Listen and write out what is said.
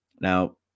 Now